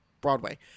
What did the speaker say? Broadway